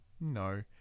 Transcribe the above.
no